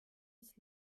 des